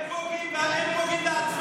הם פוגעים בעצמם.